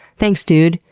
thanks dude,